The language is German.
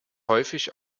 häufig